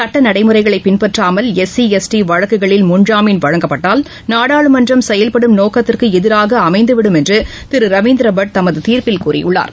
சட்ட நடைமுறைகளை பின்பற்றாமல் எஸ்சி எஸ்டி வழக்குகளில் முன்ஜாமீன் வழங்கப்பட்டால் நாடாளுமன்றம் செயல்படும் நோக்கத்திற்கு எதிராக அமைந்திவிடும் என்று திரு ரவிந்திரபட் தமது தீர்ப்பில் கூறியுள்ளார்